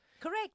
Correct